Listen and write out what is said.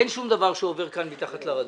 אין שום דבר שעובר כאן מתחת לרדאר.